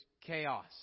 chaos